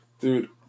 Dude